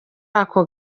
ako